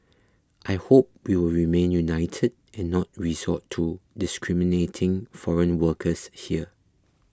I hope we will remain united and not resort to discriminating foreign workers here